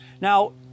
now